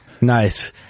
nice